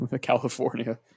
california